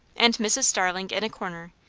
and mrs. starling in a corner,